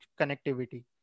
connectivity